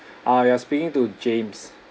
uh you're speaking to james